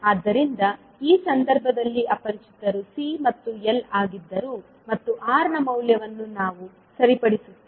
ಆದ್ದರಿಂದ ಈ ಸಂದರ್ಭದಲ್ಲಿ ಅಪರಿಚಿತರು C ಮತ್ತು L ಆಗಿದ್ದರು ಮತ್ತು R ನ ಮೌಲ್ಯವನ್ನು ನಾವು ಸರಿಪಡಿಸುತ್ತೇವೆ